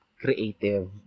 creative